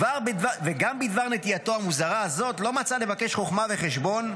גם בדבר נטייתו המוזרה הזאת לא מצא לבקש חוכמה וחשבון,